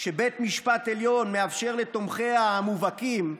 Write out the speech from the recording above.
שבית המשפט העליון מאפשר לתומכיה המובהקים,